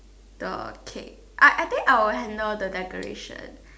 the cake I I think I will handle the decoration